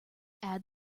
add